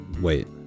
wait